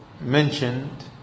mentioned